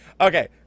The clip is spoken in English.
okay